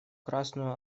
красную